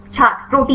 छात्र प्रोटीन